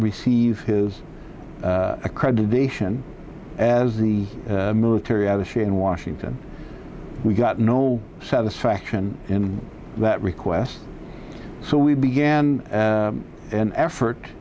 received his accreditation as the military attache in washington we got no satisfaction in that request so we began an effort